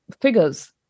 figures